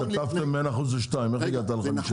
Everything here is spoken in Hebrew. כתבתם בין 1% ל-2%, איך הגעת ל-5%?